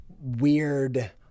weird